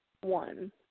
one